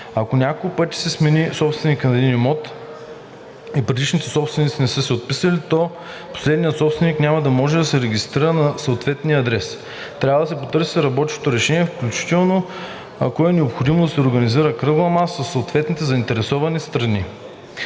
Ако няколко пъти се сменя собствеността на един имот и предишните собственици не са се отписали, то последният собственик няма да може да се регистрира на съответния адрес. Трябва да се потърси работещо решение, включително ако е необходимо, да се организира кръгла маса със заинтересованите страни.